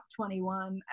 21